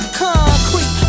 concrete